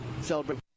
celebrate